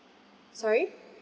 sorry